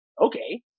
okay